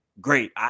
Great